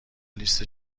لیست